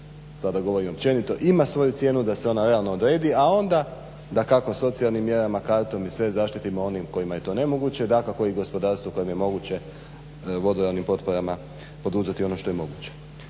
sada govorim općenito ima svoju cijenu, da se ona realno odredi a onda dakako socijalnim mjerama, dakako zaštitimo sve ono kojima je to nemoguće. Dakako i gospodarstvu koje je moguće vodoravnim potporama poduzeti ono što je moguće.